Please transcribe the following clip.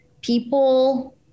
people